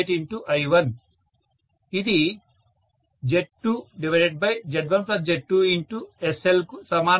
ఇది Z2Z1Z2SL కు సమానంగా ఉంటుంది